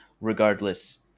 regardless